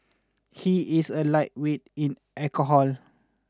he is a lightweight in alcohol